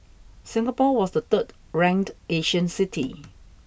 Singapore was the third ranked Asian city